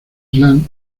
islam